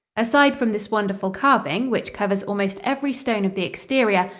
aside from this wonderful carving, which covers almost every stone of the exterior,